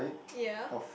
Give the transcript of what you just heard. ya